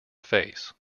face